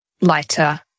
lighter